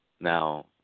Now